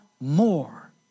more